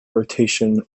rotation